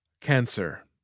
Cancer